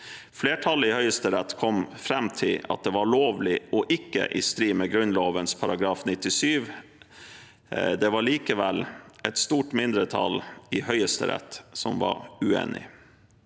Flertallet i Høyesterett kom fram til at det var lovlig, og ikke i strid med Grunnloven § 97. Det var likevel et stort mindretall i Høyesterett som var uenig.